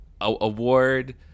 Award